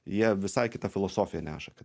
jie visai kitą filosofiją neša